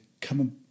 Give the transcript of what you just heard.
come